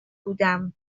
بودم